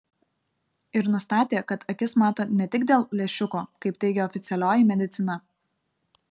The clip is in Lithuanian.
ir nustatė kad akis mato ne tik dėl lęšiuko kaip teigia oficialioji medicina